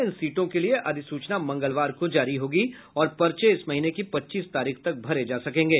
इन सीटों के लिए अधिसूचना मंगलवार को जारी होगी और पर्चे इस महीने की पचचीस तारीख तक भरे जा सकेंगे